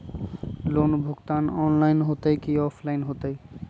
Loan भुगतान online होतई कि ऑफलाइन होतई?